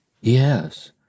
Yes